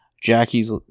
Jackie's